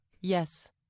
Yes